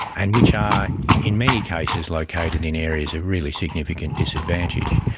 and which are in many cases located in in areas of really significant disadvantage,